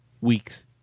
week's